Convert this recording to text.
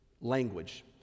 language